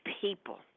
people